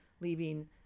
leaving